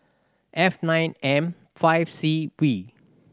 F nine M five C V